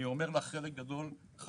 אני אומר לך: חלק גדול וחשוב,